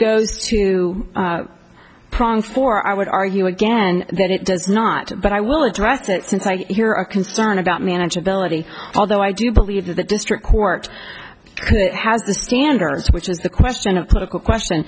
goes to prongs for i would argue again that it does not but i will address that since i hear a concern about manageability although i do believe that the district court has the standards which is the question of political question